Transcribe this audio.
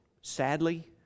sadly